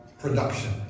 production